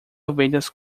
ovelhas